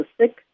sick